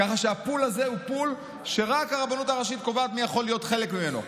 ככה שהפול הזה הוא פול שרק הרבנות הראשית קובעת מי יכול להיות חלק ממנו.